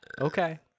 okay